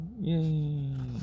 Yay